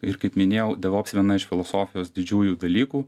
ir kaip minėjau devops viena iš filosofijos didžiųjų dalykų